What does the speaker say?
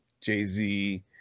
Jay-Z